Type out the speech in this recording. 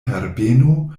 herbeno